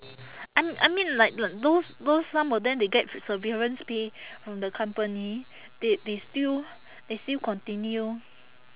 I I mean like like those those some of them they get severance pay from the company they they still they still continue